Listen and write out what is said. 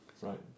Right